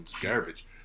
garbage